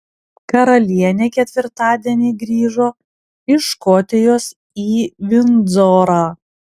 karalienė ketvirtadienį grįžo iš škotijos į vindzorą